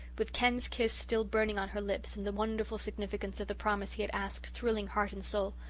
with ken's kiss still burning on her lips, and the wonderful significance of the promise he had asked thrilling heart and soul,